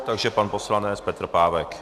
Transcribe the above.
Takže pan poslanec Petr Pávek.